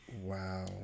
Wow